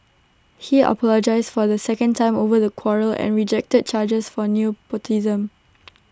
he apologised for A second time over the quarrel and rejected charges for new